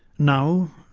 now,